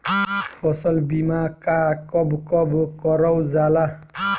फसल बीमा का कब कब करव जाला?